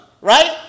right